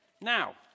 Now